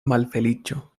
malfeliĉo